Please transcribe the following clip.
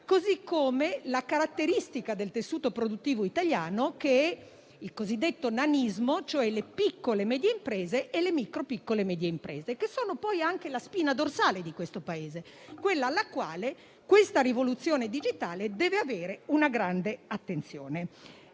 così come la caratteristica del tessuto produttivo italiano, il cosiddetto nanismo, cioè le piccole-medie imprese e le micro-piccole e medie imprese, che sono anche la spina dorsale del nostro Paese e alle quali questa rivoluzione digitale deve prestare una grande attenzione.